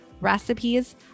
recipes